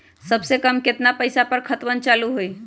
सबसे कम केतना पईसा पर खतवन चालु होई?